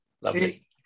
Lovely